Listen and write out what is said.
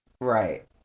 right